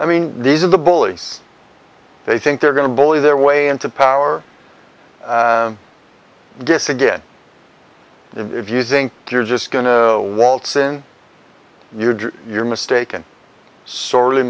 i mean these are the bullies they think they're going to bully their way into power i guess again if you think you're just going to waltz in you're you're mistaken sorely